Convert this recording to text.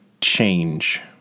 change